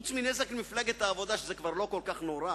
חוץ מנזק למפלגת העבודה, שזה כבר לא כל כך נורא,